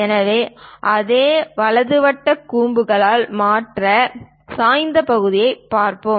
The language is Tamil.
எனவே அதே வலது வட்டக் கூம்புக்காக மற்ற சாய்ந்த பகுதியைப் பார்ப்போம்